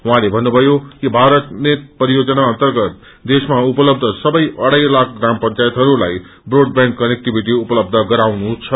उहाँले भन्नुभयो कि भारत नेट परियोजना अर्न्तगत देशमा उपलब सबै अढ़ाई लाख ग्राम पंचायतहरूलाई ब्रोडव्याण्ड कनेक्टिविटी उपलबध गराउनु छ